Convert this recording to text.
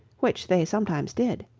which they sometimes did.